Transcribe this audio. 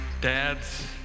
Dads